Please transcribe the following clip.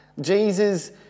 Jesus